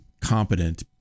competent